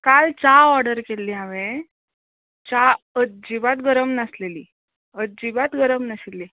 काल च्या ऑर्डर केल्ली हांवें च्या अजिबात गरम नासलेली अजिबात गरम नाशिल्ली